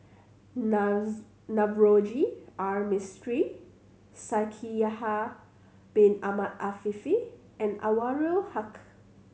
Navroji R Mistri Shaikh Yahya Bin Ahmed Afifi and Anwarul Haque